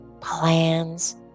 plans